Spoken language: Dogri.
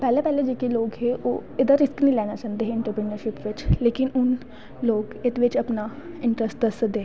पैह्लैं पैह्लैं जेह्के लोग हे ओह्दे च रिस्क नी लैना चांह्दे हे इंट्रप्रनेयोरशिप च लेकिन लोग हून इत्त बिच्च अपना इंट्रस्ट दस्सा दे